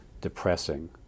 depressing